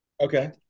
Okay